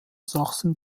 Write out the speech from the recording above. sachsen